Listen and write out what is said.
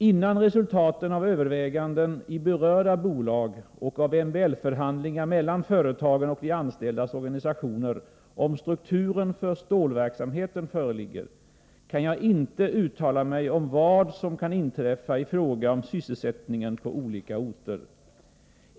Innan resultaten av överväganden i berörda bolag och av MBL förhandlingar mellan företagen och de anställdas organisationer om strukturen för stålverksamheten föreligger; kan jag inte uttala mig om vad som kan inträffa i fråga om sysselsättningen på olika orter.